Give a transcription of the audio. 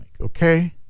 okay